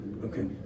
Okay